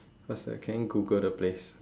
faster can you google the place